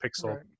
pixel